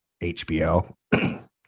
HBO